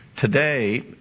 today